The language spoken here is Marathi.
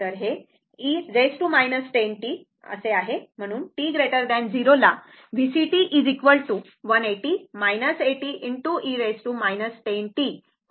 तर हे e 10t आहे म्हणून t 0 ला VCt 180 80 e 10t V आहे